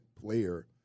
player